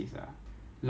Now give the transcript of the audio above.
Singapore cannot